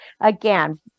Again